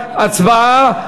הצבעה,